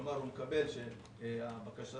כלומר, אחרי שהתקבלה